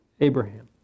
Abraham